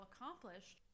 accomplished